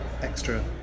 extra